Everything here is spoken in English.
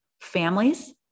families